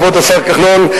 כבוד השר כחלון,